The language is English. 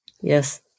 Yes